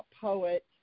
poet